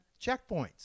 checkpoints